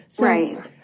Right